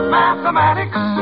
mathematics